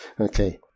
Okay